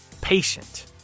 patient